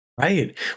Right